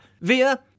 via